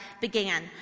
began